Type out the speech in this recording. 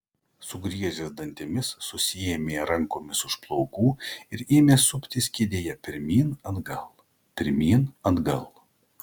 sugriežęs dantimis susiėmė rankomis už plaukų ir ėmė suptis kėdėje pirmyn atgal pirmyn atgal